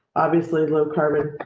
obviously low carmen.